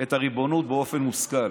את הריבונות באופן מושכל,